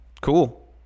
Cool